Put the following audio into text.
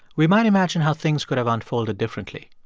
we might imagine how things could have unfolded differently.